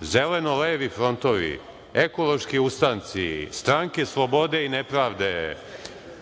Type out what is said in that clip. zeleno-levi frontovi, ekološki ustanci, stranke slobode i nepravde,